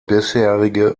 bisherige